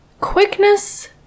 quickness